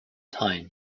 time